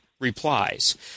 replies